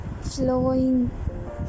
flowing